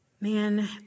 man